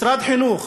משרד החינוך